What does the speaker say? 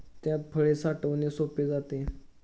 त्यात फळे साठवणे सोपे जाते